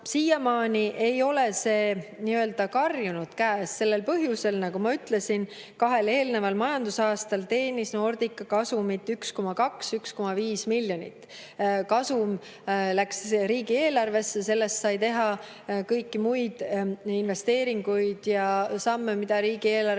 teenust. Siiamaani ei ole see nii-öelda karjunud käes sellel põhjusel, nagu ma ütlesin, et kahel eelneval majandusaastal teenis Nordica kasumit 1,2–1,5 miljonit. Kasum läks riigieelarvesse, sellest sai teha kõiki muid investeeringuid ja samme, mida riigieelarvest